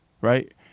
Right